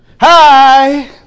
Hi